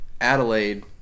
adelaide